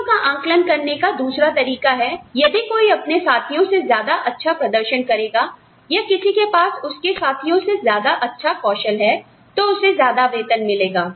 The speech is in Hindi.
चीजों का आकलन करने का दूसरा तरीका है यदि कोई अपने साथियों से ज्यादा अच्छा प्रदर्शन करेगा या किसी के पास उसके साथियों से ज्यादा अच्छा कौशल है तो उसे ज्यादा वेतन मिलेगा